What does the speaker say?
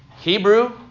Hebrew